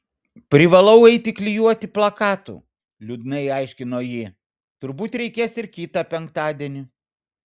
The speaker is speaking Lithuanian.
privalau eiti klijuoti plakatų liūdnai aiškino ji turbūt reikės ir kitą penktadienį